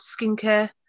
skincare